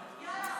גם לך,